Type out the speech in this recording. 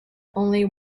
only